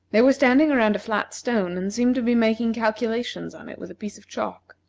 they were standing around a flat stone, and seemed to be making calculations on it with a piece of chalk.